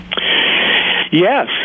Yes